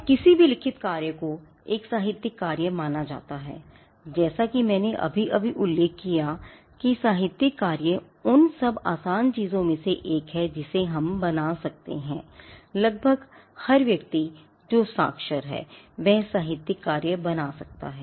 अब किसी भी लिखित कार्य को एक साहित्यिक कार्य माना जाता है जैसा कि मैंने अभी उल्लेख किया है कि साहित्यिक कार्य उन सबसे आसान चीजों में से एक है जिसे हम बना सकते हैं लगभग हर व्यक्ति जो साक्षर है वह साहित्यिक कार्य बना सकता है